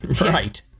Right